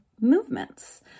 movements